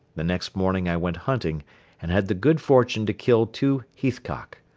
the next morning i went hunting and had the good fortune to kill two heathcock.